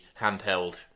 handheld